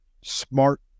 smart